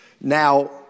Now